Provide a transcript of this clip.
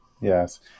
Yes